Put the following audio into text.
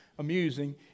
amusing